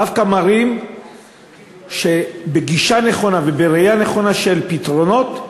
דווקא מראה שבגישה נכונה ובראייה נכונה של פתרונות,